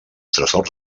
tresors